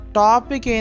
topic